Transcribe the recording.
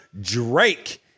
Drake